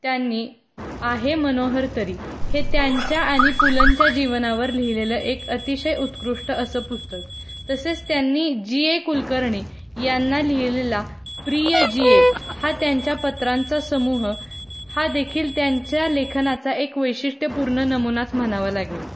त्यांनी आहे मनोहर तरी हे त्यांच्या आणि पु लंच्या जीवनावर लिहिलेलं एक अतिशय उत्कृष्ट असं पुस्तक तसेच त्यांनी जी ए कुलकर्णी यांना लिहिलेला प्रिय जी ए हा त्यांच्या पत्रांचा समूह हा देखील त्यांच्या लेखनाचा एक वैशिष्ट्यपूर्ण नमुनाच म्हणावा लागेल